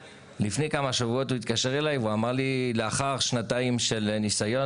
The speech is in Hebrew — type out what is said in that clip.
לפני כמה שבועות הוא התקשר אליי והוא אמר לי לאחר שנתיים של ניסיון,